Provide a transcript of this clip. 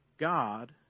God